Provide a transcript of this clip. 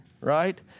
right